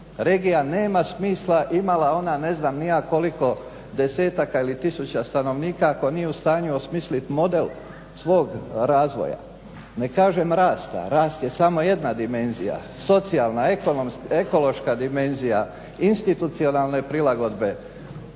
Regija nema smisla imala ona ne znam ni ja koliko desetaka ili tisuća stanovnika ako nije u stanju osmisliti model svog razvoja. Ne kažem rasta, rast je samo jedna dimenzija, socijalna, ekonomska dimenzija, institucionalne prilagodbe